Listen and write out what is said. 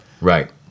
Right